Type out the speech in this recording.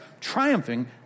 triumphing